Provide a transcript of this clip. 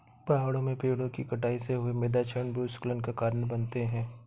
पहाड़ों में पेड़ों कि कटाई से हुए मृदा क्षरण भूस्खलन का कारण बनते हैं